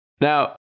Now